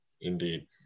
indeed